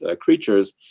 creatures